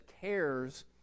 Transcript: cares